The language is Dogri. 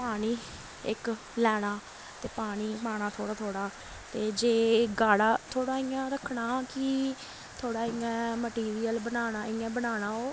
पानी इक लैना ते पानी पाना थोह्ड़ा थोह्ड़ा ते जे गाढ़ा थोह्ड़ा इ'यां रक्खना कि थोह्ड़ा इ'यां ऐ मटिरयल बनाना इ'यां बनाना ओह्